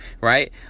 right